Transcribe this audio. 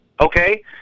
Okay